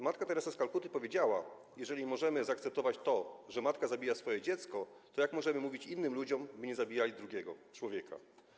Matka Teresa z Kalkuty powiedziała: Jeżeli możemy zaakceptować to, że matka zabija swoje dziecko, to jak możemy mówić innym ludziom, by nie zabijali drugiego człowieka?